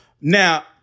now